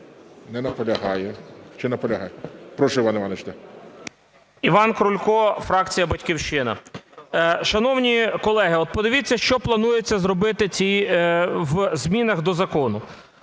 Не наполягає. Чи наполягає? Прошу, Іван Іванович. 12:38:19 КРУЛЬКО І.І. Іван Крулько, фракція "Батьківщина". Шановні колеги, подивіться, що планується зробити в змінах до закону.